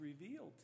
revealed